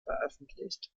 veröffentlicht